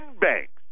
banks